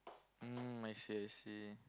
mm I see I see